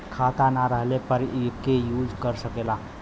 खाता ना रहले पर एके यूज कर सकेला